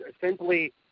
simply